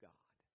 God